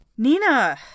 Nina